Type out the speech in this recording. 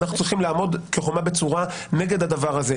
אנחנו צריכים לעמוד כחומה בצורה נגד הדבר הזה.